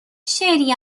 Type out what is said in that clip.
شعری